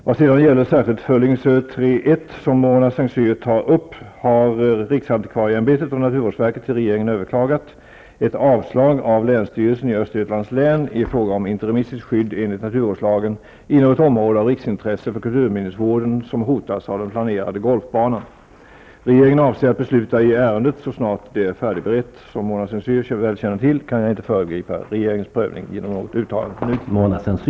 Vad sedan gäller särskilt Föllingsö 3:1, som Mona Saint Cyr tar upp, har riksantikvarieämbetet och naturvårdsverket till regeringen överklagat ett avslag av länsstyrelsen i Östergötlands län i fråga om interimistiskt skydd enligt naturvårdslagen inom ett område av riksintresse för kulturminnesvården som hotas av den planerade golfbanan. Regeringen avser att besluta i ärendet så snart det är färdigberett. Som Mona Saint Cyr väl känner till kan jag inte föregripa regeringens prövning genom något uttalande nu.